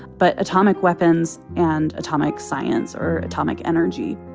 but atomic weapons and atomic science or atomic energy